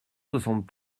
soixante